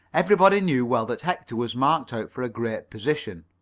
everybody knew well that hector was marked out for a great position.